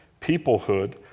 peoplehood